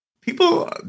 People